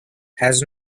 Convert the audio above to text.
has